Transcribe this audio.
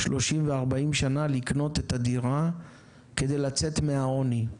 30 ו-40 שנים לקנות את הדירה כדי לצאת מהעוני.